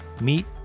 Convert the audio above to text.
Meet